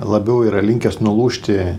labiau yra linkęs nulūžti